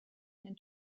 and